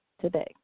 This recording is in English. today